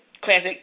classic